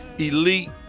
Elite